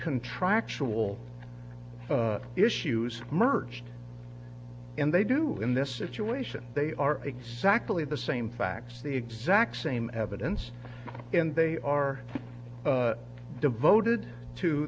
contractual issues merged and they do in this situation they are exactly the same facts the exact same evidence and they are devoted to